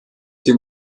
den